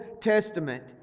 Testament